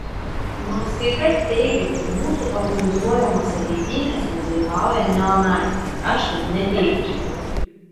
nors kai kas teigia kad mūsų organizuojamose eitynėse dalyvauja neonaciai aš taip neteigčiau